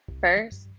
first